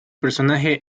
personaje